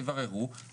תבררו,